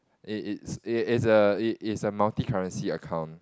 it's it's it's a it's it's a multi currency account